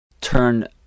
turn